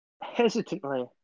hesitantly